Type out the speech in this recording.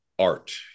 art